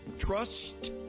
Trust